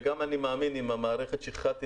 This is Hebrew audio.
וגם אני מאמין שעם המערכת לשכחת ילדים.